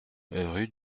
rue